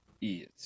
yes